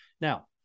Now